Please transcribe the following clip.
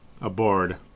aboard